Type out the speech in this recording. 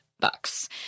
Bucks